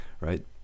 right